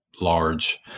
large